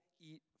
eat